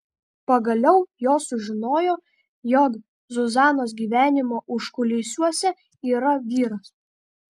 pagaliau jos sužinojo jog zuzanos gyvenimo užkulisiuose yra vyras